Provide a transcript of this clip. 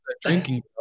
drinking